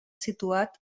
situat